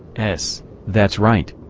s that's right.